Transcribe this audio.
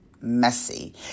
messy